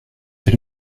elle